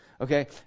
Okay